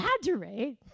exaggerate